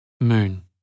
moon